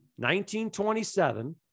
1927